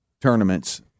tournaments